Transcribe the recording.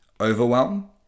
overwhelm